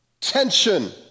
tension